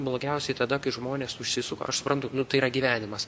blogiausiai tada kai žmonės užsisuka aš suprantu nu tai yra gyvenimas